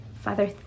father